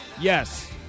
Yes